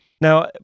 Now